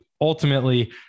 ultimately